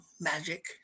magic